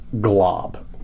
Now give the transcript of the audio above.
glob